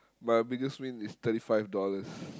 my biggest win is thirty five dollars